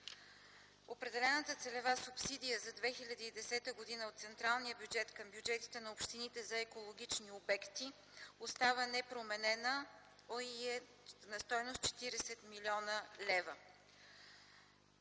Определената целева субсидия за 2010 г. от централния бюджет към бюджетите на общините за екологични обекти остава непроменена и е на стойност 40 млн. лв.